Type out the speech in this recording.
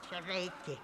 čia veiki